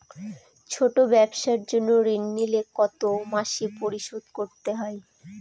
ছোট ব্যবসার জন্য ঋণ নিলে কত মাসে পরিশোধ করতে হয়?